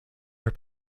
were